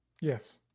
Yes